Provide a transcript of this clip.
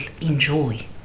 enjoy